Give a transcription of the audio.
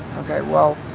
okay, well,